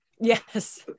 Yes